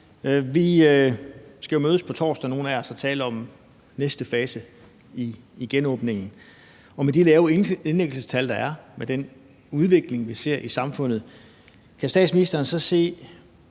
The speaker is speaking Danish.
os skal jo mødes på torsdag og tale om næste fase af genåbningen. Med de lave indlæggelsestal, der er, med den udvikling, vi ser i samfundet, kan statsministeren så –